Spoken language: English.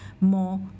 more